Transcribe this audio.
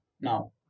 Now